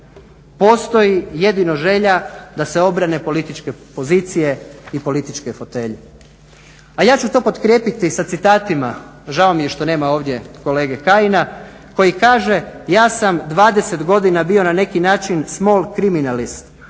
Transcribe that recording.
Postoji jedino želja da se obrane političke pozicije i političke fotelje, a ja ću to potkrijepiti sa citatima. Žao mi je što nema ovdje kolege Kajina koji kaže ja sam 20 godina bio na neki način small criminalist,